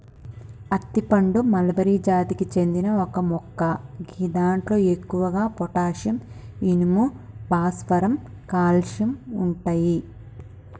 అత్తి పండు మల్బరి జాతికి చెందిన ఒక మొక్క గిదాంట్లో ఎక్కువగా పొటాషియం, ఇనుము, భాస్వరం, కాల్షియం ఉంటయి